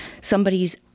somebody's